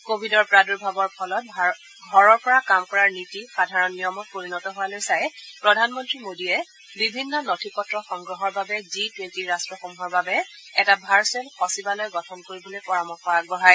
কোৱিডৰ প্ৰাদূৰ্ভাৱৰ ফলত ঘৰৰ পৰা কাম কৰাৰ নীতি সাধাৰণ নিয়মত পৰিণত হোৱালৈ চাই প্ৰধানমন্ত্ৰী মোদীয়ে বিভিন্ন নথি পত্ৰ সংগ্ৰহৰ বাবে জি টুৱেণ্টি ৰাট্টসমূহৰ বাবে এটা ভাৰ্চুৱেল সচিবালয় গঠন কৰিবলৈ পৰামৰ্শ আগবঢ়ায়